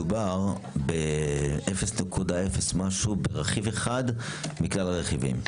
מדובר ב-0.0 משהו ברכיב אחד מכלל הרכיבים.